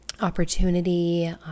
opportunity